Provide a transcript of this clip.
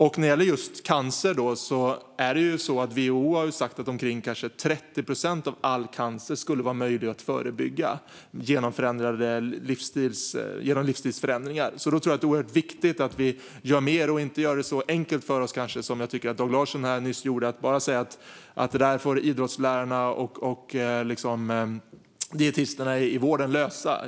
När det gäller just cancer har WHO sagt att omkring 30 procent av all cancer skulle vara möjlig att förebygga genom livsstilsförändringar. Då är det viktigt att vi gör mer och inte gör det så enkelt för oss som Dag Larsson genom att säga att det får idrottslärare och dietister i vården lösa.